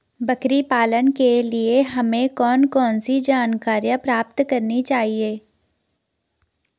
बकरी पालन के लिए हमें कौन कौन सी जानकारियां प्राप्त करनी चाहिए?